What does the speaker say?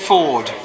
Ford